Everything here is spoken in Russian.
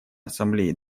ассамблеей